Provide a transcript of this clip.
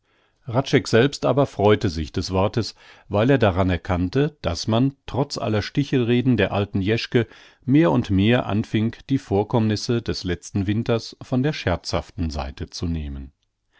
selbst aber freute sich des wortes weil er daran erkannte daß man trotz aller stichelreden der alten jeschke mehr und mehr anfing die vorkommnisse des letzten winters von der scherzhaften seite zu nehmen